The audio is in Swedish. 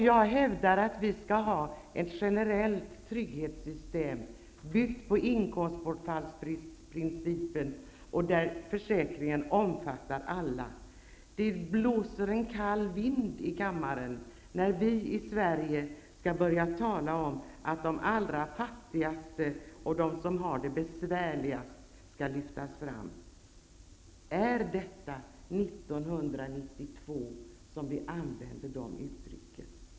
Jag hävdar att vi skall ha ett generellt trygghetssystem byggt på principen om inkomstbortfall och där försäkringen omfattar alla. Det blåser en kall vind i kammaren när vi i Sverige börjar tala om att de allra fattigaste och de som har det besvärligast skall lyftas fram. Är det 1992 som vi använder de uttrycken?